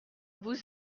vous